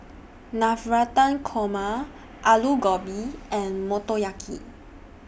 Navratan Korma Alu Gobi and Motoyaki